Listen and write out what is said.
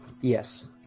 Yes